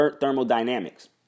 Thermodynamics